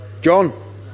John